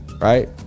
right